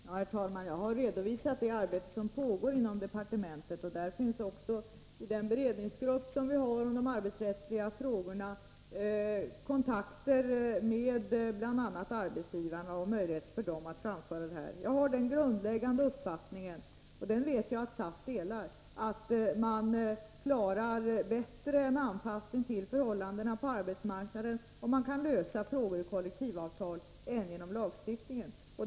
Herr talman! Jag har redovisat det arbete som pågår inom departementet. I den beredningsgrupp som vi har om de arbetsrättsliga frågorna förekommer också kontakter med bl.a. arbetsgivarna, som har möjlighet att framföra vad de vill. Jag har den grundläggande uppfattningen — och den vet jag att SAF delar — att man bättre klarar en anpassning till förhållandena på arbetsmarknaden om man kan lösa frågor genom kollektivavtal än om det krävs lagstiftning.